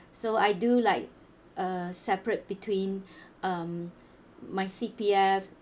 so I do like uh separate between um my C_P_F